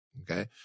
Okay